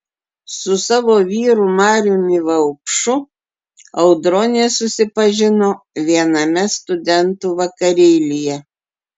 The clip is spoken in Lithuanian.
su savo vyru mariumi vaupšu audronė susipažino viename studentų vakarėlyje